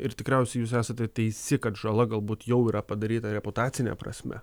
ir tikriausiai jūs esate teisi kad žala gal būt jau yra padaryta reputacine prasme